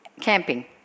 camping